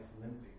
limping